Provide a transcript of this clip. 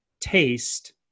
taste